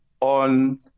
on